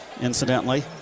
incidentally